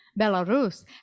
Belarus